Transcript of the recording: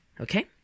okay